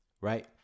right